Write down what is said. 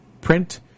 print